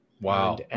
Wow